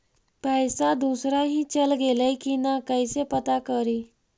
पैसा दुसरा ही चल गेलै की न कैसे पता करि?